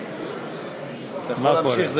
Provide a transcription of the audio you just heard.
אתה יכול להמשיך.